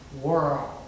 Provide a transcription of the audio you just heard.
world